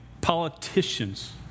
politicians